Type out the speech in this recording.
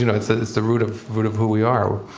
you know it's ah it's the root of root of who we are.